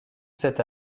cette